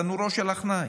"תנורו של עכנאי"